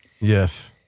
Yes